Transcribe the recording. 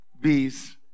bees